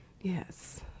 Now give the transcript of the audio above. Yes